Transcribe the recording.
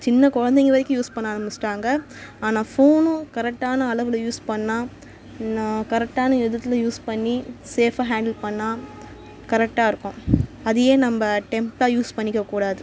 சின்னக்குழந்தைங்க வரைக்கும் யூஸ் பண்ண ஆரம்பிச்சுட்டாங்க ஆனால் ஃபோனும் கரெக்டான அளவில் யூஸ் பண்ணால் இன்னும் கரெக்டான விதத்தில் யூஸ் பண்ணி சேஃபாக ஹேண்டில் பண்ணால் கரெக்டாக இருக்கும் அது ஏன் நம்ம டெம்ப்பா யூஸ் பண்ணிக்கக்கூடாது